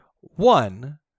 one